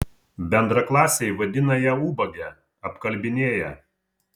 bendraklasiai vadina ją ubage apkalbinėja